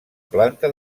planta